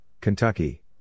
Kentucky